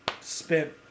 spent